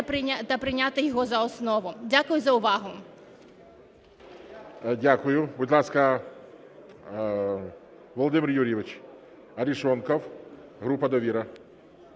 Дякую за увагу.